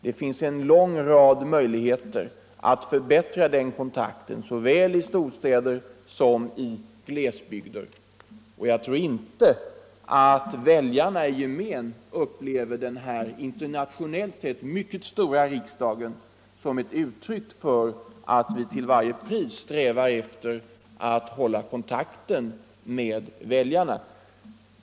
Det finns en lång rad möjligheter att förbättra den kontakten såväl i storstäder som i glesbygder, och jag tror inte att väljarna i gemen upplever storleken på vår internationellt sett mycket stora riksdag som ett uttryck för att vi till varje pris strävar efter att hålla kontakten med väljarna.